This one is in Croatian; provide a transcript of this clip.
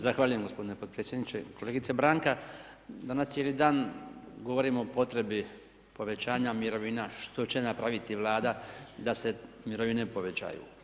Zahvaljujem g. potpredsjedniče, kolegice Branka danas cijeli dan govorimo o potrebi povećanja mirovina, što će napraviti vlada da se mirovine povećaju.